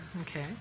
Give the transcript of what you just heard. Okay